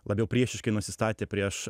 labiau priešiškai nusistatę prieš